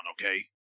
okay